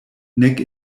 nek